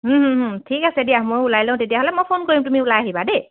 ঠিক আছে দিয়া মই ওলাই লওঁ তেতিয়াহ'লে মই ফোন কৰিম তুমি ওলাই আহিবা দেই